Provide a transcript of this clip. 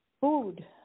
food